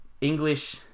english